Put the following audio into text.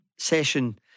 session